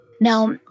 Now